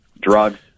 drugs